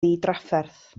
ddidrafferth